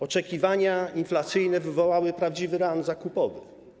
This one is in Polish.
Oczekiwania inflacyjne wywołały prawdziwy szał zakupowy.